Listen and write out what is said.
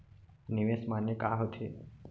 निवेश माने का होथे?